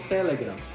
Telegram